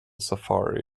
safari